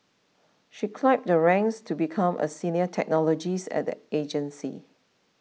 she climbed the ranks to become a senior technologist at the agency